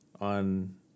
on